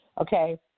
Okay